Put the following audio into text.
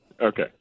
Okay